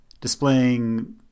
displaying